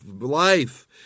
Life